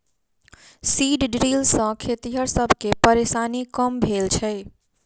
seed drill सॅ खेतिहर सब के परेशानी कम भेल छै